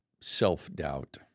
Self-doubt